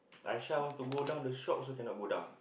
Aisyah want to go down the shop also cannot go down